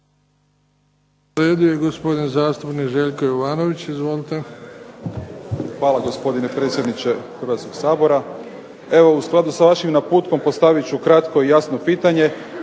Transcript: Hvala gospodine predsjedniče Hrvatskog sabora. Evo u skladu sa vašim naputkom postavit ću kratko i jasno pitanje,